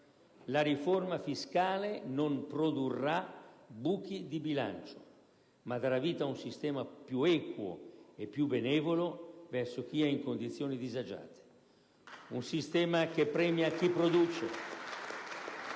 La riforma fiscale non produrrà buchi di bilancio, ma darà vita a un sistema più equo e più benevolo verso chi è in condizioni disagiate. *(Applausi dai Gruppi*